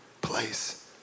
place